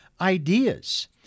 ideas